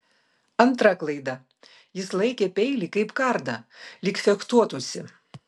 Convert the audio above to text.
antra klaida jis laikė peilį kaip kardą lyg fechtuotųsi